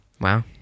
Wow